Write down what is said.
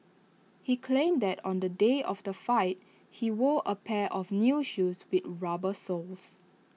he claimed that on the day of the fight he wore A pair of new shoes with rubber soles